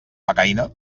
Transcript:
becaina